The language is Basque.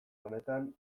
honetan